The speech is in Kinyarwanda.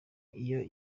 iyo